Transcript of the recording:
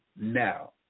now